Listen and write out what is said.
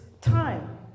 time